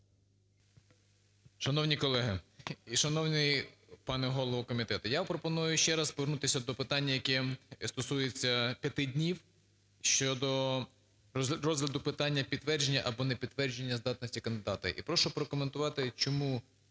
Шановні колеги і шановний пане голово комітету! Я пропоную ще раз повернутися до питання, яке стосується 5 днів щодо розгляду питання підтвердження або непідтвердження здатності кандидата. І прошу прокоментувати, чому